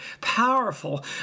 powerful